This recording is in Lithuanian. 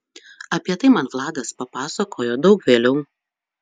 apie tai man vladas papasakojo daug vėliau